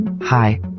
Hi